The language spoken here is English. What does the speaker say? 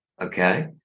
Okay